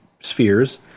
spheres